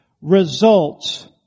results